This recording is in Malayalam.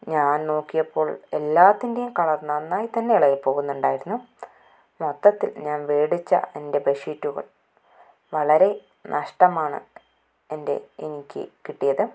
ഞാന് നോക്കിയപ്പോള് എല്ലാത്തിന്റേയും കളര് നന്നായി തന്നെ ഇളകി പോകുന്നുണ്ടായിരുന്നു മൊത്തത്തില് ഞാന് മേടിച്ച എന്റെ ബെഡ്ഷീറ്റുകള് വളരെ നഷ്ടമാണ് എന്റെ എനിക്ക് കിട്ടിയത്